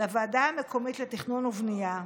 לוועדה המקומית לתכנון ובנייה,